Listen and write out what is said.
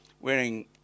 wearing